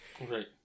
Right